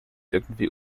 irgendwie